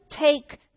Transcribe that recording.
take